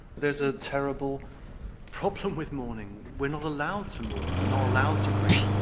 there's a terrible problem with mourning. we're not allowed to mourn, we're not allowed to grieve.